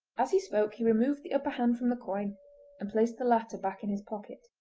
as he spoke he removed the upper hand from the coin and placed the latter back in his pocket.